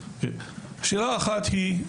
שאלה אחת היא,